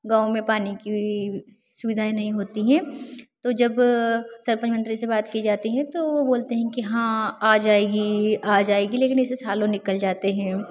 गाँव में पानी की भी सुविधाएँ नहीं होती हैं तो जब सरपंच मंत्री से बात की जाती हैं तो वो बोलते हैं कि हाँ आ जाएगी आ जाएगी लेकिन ऐसे सालों निकल जाते हैं